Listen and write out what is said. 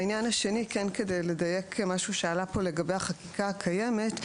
העניין השני כן לדייק משהו לגבי החקיקה הקיימת,